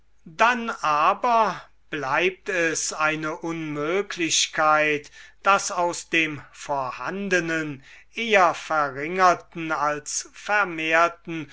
dann aber bleibt es eine unmöglichkeit daß aus dem vorhandenen eher verringerten als vermehrten